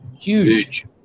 Huge